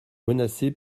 menacés